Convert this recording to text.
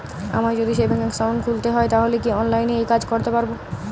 আমায় যদি savings account খুলতে হয় তাহলে কি অনলাইনে এই কাজ করতে পারবো?